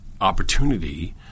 opportunity